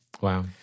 Wow